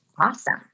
awesome